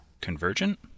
convergent